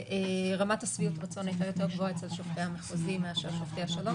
רמת שביעות הרצון הייתה יותר גבוהה אצל שופטי המחוזי מאשר שופטי השלום,